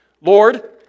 Lord